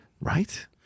Right